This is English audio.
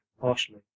partially